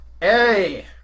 Hey